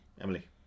Emily